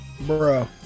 Bro